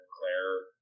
Claire